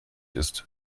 ist